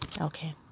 Okay